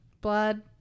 blood